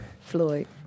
Floyd